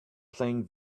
playing